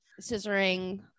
scissoring